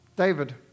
David